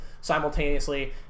simultaneously